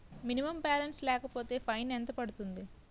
Minimum balance లేకపోతే fine ఎంత పడుతుంది?